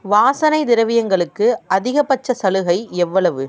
வாசனை திரவியங்களுக்கு அதிகபட்ச சலுகை எவ்வளவு